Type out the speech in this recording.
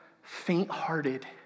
faint-hearted